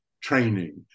training